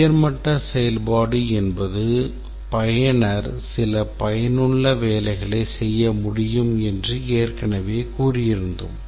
உயர்மட்ட செயல்பாடு என்பது பயனர் சில பயனுள்ள வேலைகளைச் செய்ய முடியும் என்று ஏற்கனவே கூறியிருந்தோம்